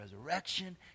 resurrection